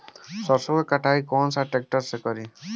सरसों के कटाई कौन सा ट्रैक्टर से करी?